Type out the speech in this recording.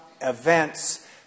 events